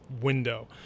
window